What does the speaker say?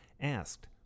asked